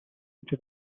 into